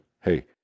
hey